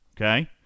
Okay